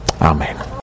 Amen